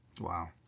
wow